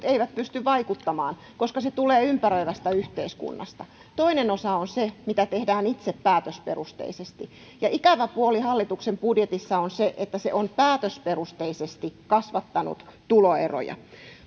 eivät pysty vaikuttamaan koska se tulee ympäröivästä yhteiskunnasta toinen osa on se mitä tehdään itse päätösperusteisesti ja ikävä puoli hallituksen budjetissa on se että se on päätösperusteisesti kasvattanut tuloeroja